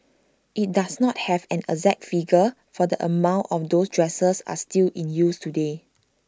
IT does not have an exact figure for the amount of those dressers are still in use today